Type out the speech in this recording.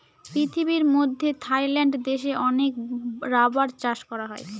পৃথিবীর মধ্যে থাইল্যান্ড দেশে অনেক রাবার চাষ করা হয়